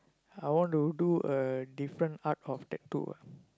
I want to do a different art of tattoo ah